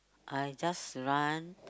I just run